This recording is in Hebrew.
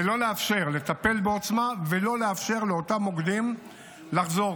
לטפל בעוצמה, כדי לא לאפשר לאותם מוקדים לחזור.